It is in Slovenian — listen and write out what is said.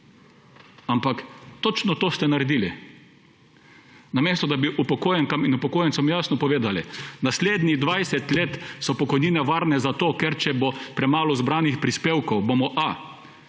Ampak točno to ste naredili, namesto da bi upokojenkam in upokojencem jasno povedali, naslednjih 20 let so pokojnine varne zato, ker če bo premalo zbranih prispevkov, bomo,